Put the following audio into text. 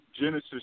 Genesis